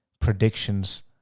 predictions